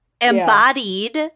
embodied